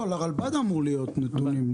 לא, לרלב"ד אמור להיות נתונים.